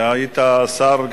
שהיית שר,